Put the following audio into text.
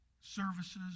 services